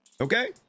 okay